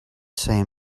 same